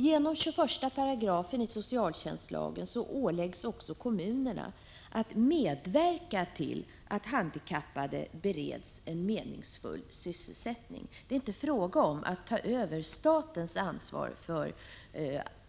Genom 21 § i socialtjänstlagen åläggs kommunerna att medverka till att handikappade bereds meningsfull sysselsättning. Det är inte fråga om att ta över statens ansvar för